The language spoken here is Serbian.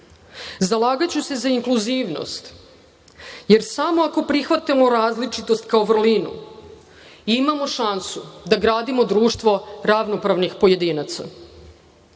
Zalagaću se za inkluzivnost, jer samo ako prihvatimo različitost kao vrlinu imamo šansu da gradimo društvo ravnopravnih pojedinaca. Želim